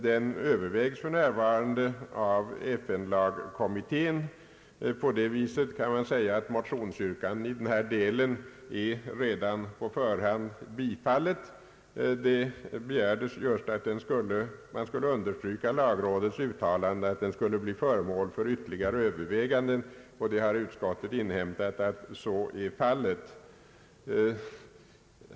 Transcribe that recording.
Den övervägs för närvarande av FN-lagkommittén. På det viset kan man säga att motionsyrkandet i den delen redan på förhand är bifallet. Det begärdes just att man skulle understryka lagrådets uttalande att frågan skulle bli föremål för ytterligare överväganden, Utskottet har inhämtat att så är fallet.